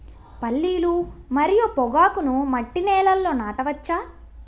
పల్లీలు మరియు పొగాకును మట్టి నేలల్లో నాట వచ్చా?